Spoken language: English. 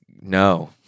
no